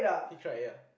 he cried ya